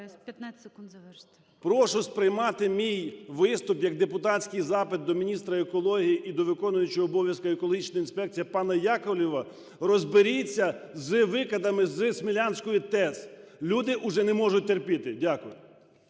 Прошу сприймати мій виступ як депутатський запит до міністра екології і до виконуючого обов'язки екологічної інспекції пана Яковлєва. Розберіться з викидами зі Смілянської ТЕЦ, люди уже не можуть терпіти. Дякую.